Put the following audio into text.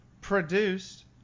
produced